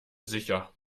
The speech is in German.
sicher